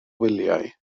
wyliau